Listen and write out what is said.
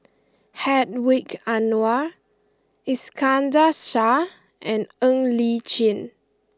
Hedwig Anuar Iskandar Shah and Ng Li Chin